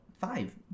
five